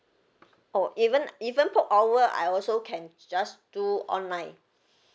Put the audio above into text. orh even even port over I also can just do online